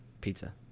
Pizza